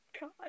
god